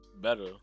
better